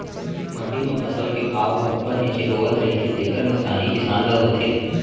मंडी म फसल के भाव ह उप्पर नीचे होवत रहिथे तेखर नुकसानी किसान ल होथे